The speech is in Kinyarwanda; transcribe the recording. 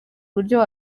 uburyo